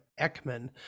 Ekman